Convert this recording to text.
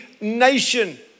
nation